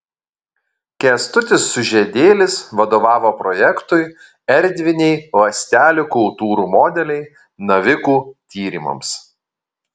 kęstutis sužiedėlis vadovavo projektui erdviniai ląstelių kultūrų modeliai navikų tyrimams